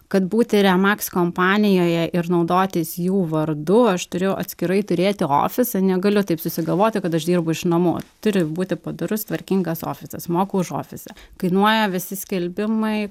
kad būti remaks kompanijoje ir naudotis jų vardu aš turiu atskirai turėti ofisą negaliu taip susigalvoti kad aš dirbu iš namų turi būti padorus tvarkingas ofisas moku už ofisą kainuoja visi skelbimai